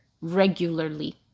regularly